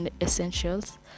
essentials